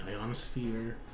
ionosphere